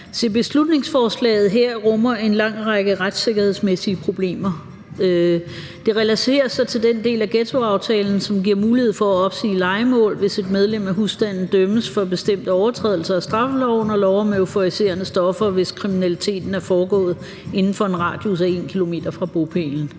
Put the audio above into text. Beslutningsforslaget her rummer en lang række retssikkerhedsmæssige problemer. Det relaterer sig til den del af ghettoaftalen, som giver mulighed for at opsige lejemål, hvis et medlem af husstanden dømmes for bestemte overtrædelser af straffeloven og lov om euforiserende stoffer, hvis kriminaliteten er foregået inden for en radius af 1 km fra bopælen.